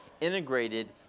integrated